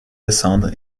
descendre